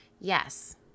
Yes